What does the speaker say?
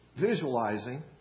visualizing